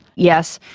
yes,